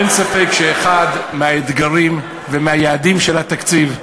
אין ספק שאחד מהאתגרים והיעדים של התקציב,